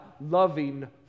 loving